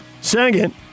Second